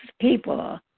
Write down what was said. people